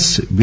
S B